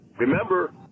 Remember